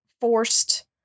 forced